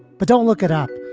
but don't look it up.